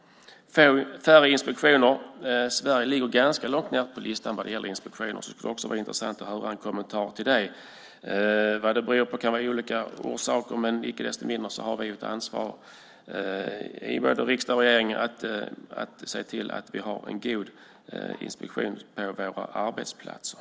Det är också nu färre inspektioner. Sverige ligger ganska långt ned på listan över inspektioner. Det skulle vara intressant att få en kommentar också om det. Orsakerna kan vara olika. Icke desto mindre har vi i riksdag och regering ett ansvar för att se till att det finns en god inspektion på våra arbetsplatser.